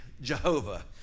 Jehovah